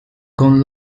con